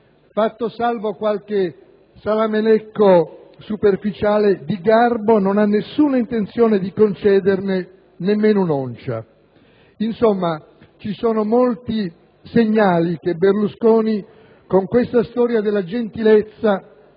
fatto salvo qualche salamelecco superficiale, di garbo non ha alcuna intenzione di concederne nemmeno un'oncia. Insomma, ci sono molti segnali che Berlusconi con questa storia della gentilezza